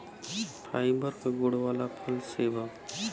fibre क गुण वाला फल सेव हौ